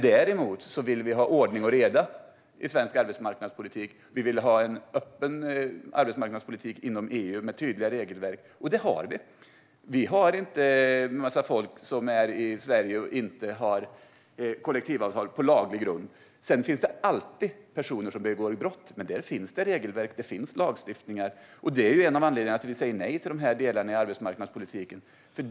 Däremot vill vi ha ordning och reda i svensk arbetsmarknadspolitik. Vi vill ha en öppen arbetsmarknadspolitik inom EU, med tydliga regelverk. Det har vi också - vi har inte en massa folk som är i Sverige utan att ha kollektivavtal på laglig grund. Sedan finns det alltid personer som begår brott, men det finns regelverk och lagstiftningar på det här området. Detta är en av anledningarna till att vi säger nej till dessa delar i arbetsmarknadspolitiken.